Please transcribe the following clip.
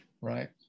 right